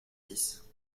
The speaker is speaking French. six